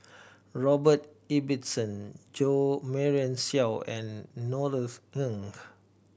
Robert Ibbetson Jo Marion Seow and Norothy Ng